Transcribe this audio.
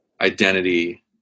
identity